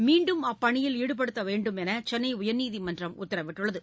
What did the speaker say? மீன்டும் அப்பணியில் ஈடுபடுத்தவேண்டும் என்றுசென்னையர்நீதிமன்றம் உத்தரவிட்டுள்ளது